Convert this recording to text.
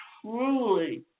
truly